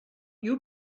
you